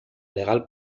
legal